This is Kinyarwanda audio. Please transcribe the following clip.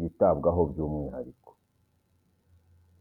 yitabwaho by'umwihariko.